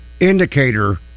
indicator